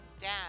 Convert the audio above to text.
dad